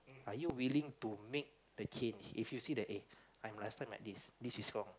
are you willing to make the change if you see that eh I'm last time like this this is wrong